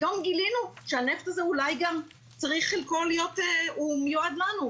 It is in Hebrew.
פתאום גילינו שהנפט הזה אולי גם מיועד לנו.